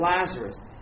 Lazarus